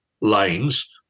lanes